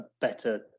better